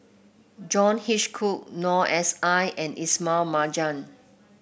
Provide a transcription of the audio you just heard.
John Hitchcock Noor S I and Ismail Marjan